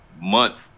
month